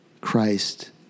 Christ